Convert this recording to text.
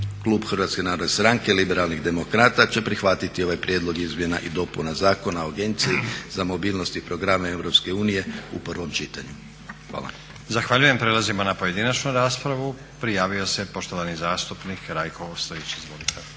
Klub HNS-a Liberalnih demokrata će prihvatiti ovaj prijedlog izmjena i dopuna Zakona o Agenciji za mobilnost i programe Europske unije u prvom čitanju. Hvala. **Stazić, Nenad (SDP)** Zahvaljujem. Prelazimo na pojedinačnu raspravu. Prijavio se poštovani zastupnik Rajko Ostojić. Izvolite.